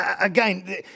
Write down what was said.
again